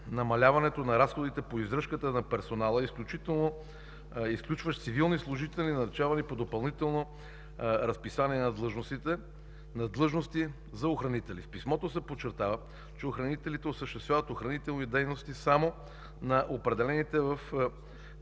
намаляването на разходите по издръжката на персонала, изключващ цивилни служители, назначавани по допълнително разписание на длъжности за охранители. В писмото се подчертава, че охранителите осъществят охранителни дейности само на определените в